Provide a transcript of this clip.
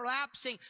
collapsing